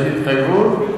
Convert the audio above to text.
יש התחייבות?